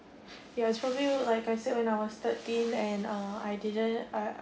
ya it's probably like I said when I was thirteen and uh I didn't I